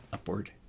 Upward